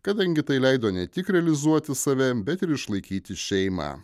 kadangi tai leido ne tik realizuoti save bet ir išlaikyti šeimą